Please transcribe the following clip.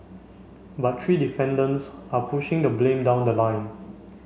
but three defendants are pushing the blame down the line